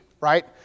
right